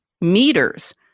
meters